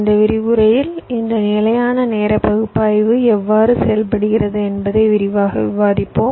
இந்த விரிவுரையில் இந்த நிலையான நேர பகுப்பாய்வு எவ்வாறு செயல்படுகிறது என்பதை விரிவாக விவாதிப்போம்